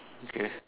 okay